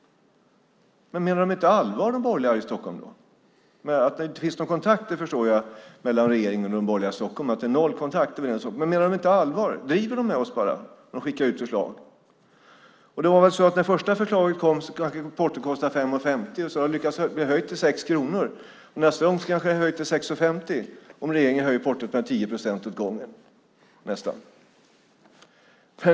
Menar de borgerliga i Stockholm inte allvar med detta? Jag förstår att det inte finns någon kontakt mellan regeringen och de borgerliga i Stockholm, men menar de inte allvar? Driver de med oss när de skickar ut förslag? När första förslaget kom kostade kanske portot 5:50. Sedan har regeringen höjt det till 6 kronor. Nästa gång kanske det kostar 6:50, om regeringen höjer portot med nästan 10 procent åt gången.